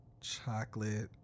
chocolate